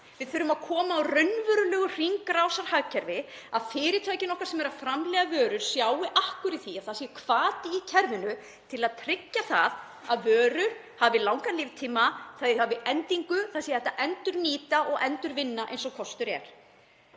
Við þurfum að koma á raunverulegu hringrásarhagkerfi, að fyrirtækin okkar sem eru að framleiða vörur sjái akkur í því að það sé hvati í kerfinu til að tryggja að vörur hafi langan líftíma, þær hafi endingu, að það sé hægt að endurnýta þær og endurvinna eins og kostur er.